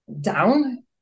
down